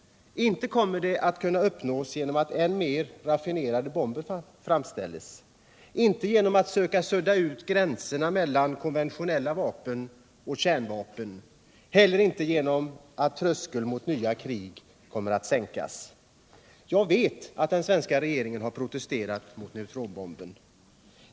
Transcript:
Inte kommer det att kunna uppnås genom att alltmer raffinerade bomber framställs, inte genom att man försöker sudda ut gränserna mellan konventionella vapen och kärnvapen och heller inte genom att tröskeln mot nya krig kommer att sänkas. Jag vet att den svenska regeringen har protesterat mot neutronbomben.